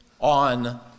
on